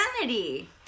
humanity